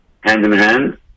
hand-in-hand